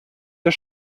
der